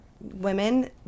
women